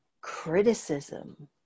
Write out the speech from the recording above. criticism